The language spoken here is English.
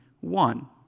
One